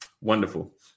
Wonderful